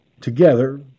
together